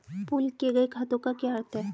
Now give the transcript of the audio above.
Pool किए गए खातों का क्या अर्थ है?